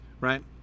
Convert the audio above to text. right